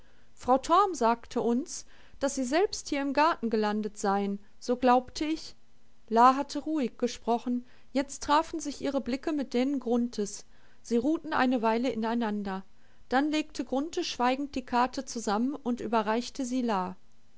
frau torm sagte uns daß sie selbst hier im garten gelandet seien so glaubte ich la hatte ruhig gesprochen jetzt trafen sich ihre blicke mit denen grunthes sie ruhten eine weile ineinander dann legte grunthe schweigend die karte zusammen und überreichte sie la